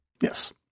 Yes